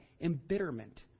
embitterment